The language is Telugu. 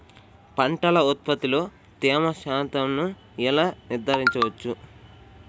పంటల ఉత్పత్తిలో తేమ శాతంను ఎలా నిర్ధారించవచ్చు?